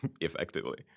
effectively